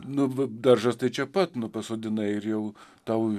nu va daržas tai čia pat pasodinai ir jau tau